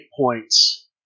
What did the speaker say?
points